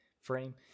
frame